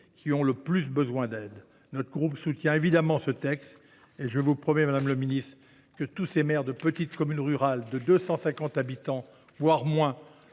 qui ont le plus besoin d’aide. Notre groupe soutiendra évidemment ce texte. Je vous promets, madame la ministre, que les maires des petites communes rurales de 250 habitants, voire moins,